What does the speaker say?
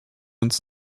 uns